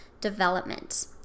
development